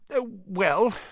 Well